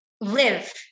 live